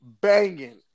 banging